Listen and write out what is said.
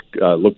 look